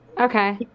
Okay